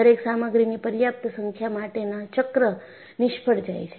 દરેક સામગ્રીની પર્યાપ્ત સંખ્યા માટેના ચક્ર નિષ્ફળ જાય છે